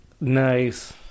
Nice